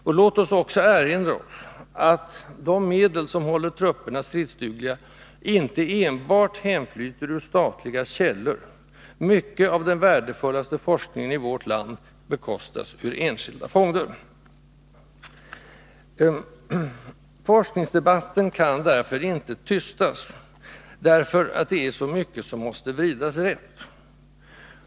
Och låt oss också erinra oss att de medel, som håller trupperna stridsdugliga, inte enbart härflyter ur statliga källor: mycket av den värdefullaste forskningen i vårt land bekostas ur enskilda fonder!” Forskningsdebatten kan därför inte tystas — det är så mycket som måste vridas rätt.